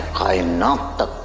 not the